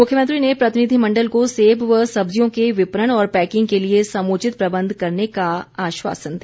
मुख्यमंत्री ने प्रतिनिधिमंडल को सेब व सब्जियों के विपणन और पैकिंग के लिए समुचित प्रबंध करने का आश्वासन दिया